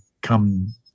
come